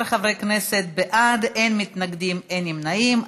19 חברי כנסת בעד, אין מתנגדים, אין נמנעים.